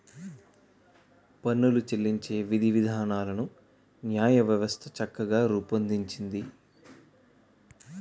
పన్నులు చెల్లించే విధివిధానాలను న్యాయవ్యవస్థ చక్కగా రూపొందించింది